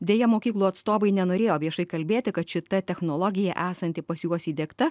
deja mokyklų atstovai nenorėjo viešai kalbėti kad šita technologija esanti pas juos įdiegta